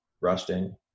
rusting